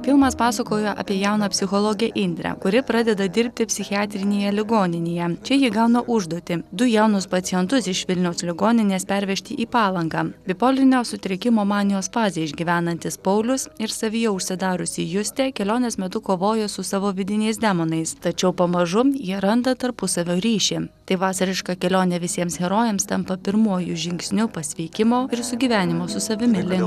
filmas pasakoja apie jauną psichologę indrę kuri pradeda dirbti psichiatrinėje ligoninėje čia ji gauna užduotį du jaunus pacientus iš vilniaus ligoninės pervežti į palangą bipolinio sutrikimo manijos fazę išgyvenantis paulius ir savyje užsidariusi justė kelionės metu kovoja su savo vidiniais demonais tačiau pamažu jie randa tarpusavio ryšį taip vasariška kelionė visiems herojams tampa pirmuoju žingsniu pasveikimo ir sugyvenimo su savimi link